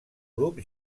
grup